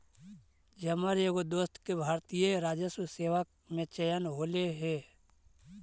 जमर एगो दोस्त के भारतीय राजस्व सेवा में चयन होले हे